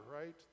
right